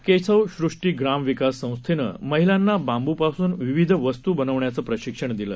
केशवसृष्टी ग्राम विकास संस्थेनं महिलांना बांबूपासून विविध वस्तू बनविण्याचं प्रशिक्षण दिलं